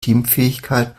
teamfähigkeit